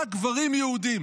רק גברים יהודים,